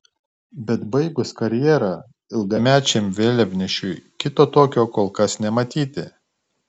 bet baigus karjerą ilgamečiam vėliavnešiui kito tokio kol kas nematyti